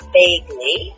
vaguely